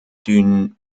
d’une